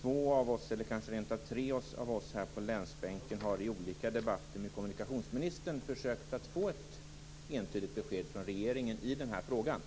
Två, kanske rent av tre, av oss här på länsbänken har i olika debatter med kommunikationsministern försökt att få ett entydigt besked från regeringen i den frågan